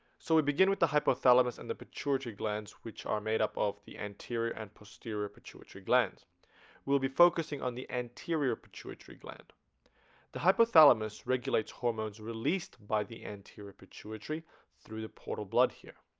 so begin with the hypothalamus and the pituitary glands which are made up of the anterior and posterior pituitary glands we'll be focusing on the anterior pituitary gland the hypothalamus regulates hormones released by the anterior pituitary through the portal blood here